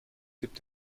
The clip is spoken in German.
gibt